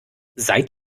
seid